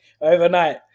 overnight